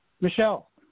Michelle